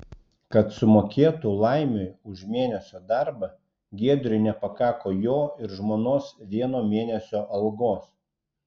kad sumokėtų laimiui už mėnesio darbą giedriui nepakako jo ir žmonos vieno mėnesio algos